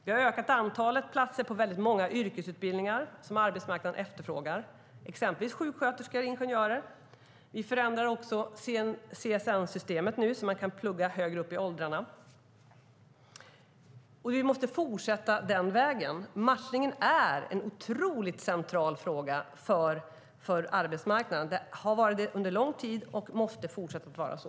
Vi har ökat antalet platser på väldigt många yrkesutbildningar som arbetsmarknaden efterfrågar. Det gäller exempelvis sjuksköterskor och ingenjörer. Vi förändrar också nu CSN-systemet så att människor kan plugga högre upp i åldrarna. Vi måste fortsätta på den vägen. Matchningen är en otroligt central fråga för arbetsmarkanden. Den har varit det under väldigt lång tid och måste fortsätta att vara så.